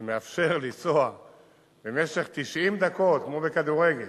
שמאפשר לנסוע במשך 90 דקות, כמו בכדורגל,